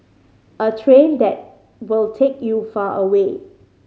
a train that will take you far away